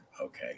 okay